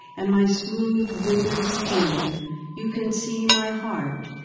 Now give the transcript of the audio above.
and my smooth withered skin you can see my heart,